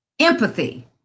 empathy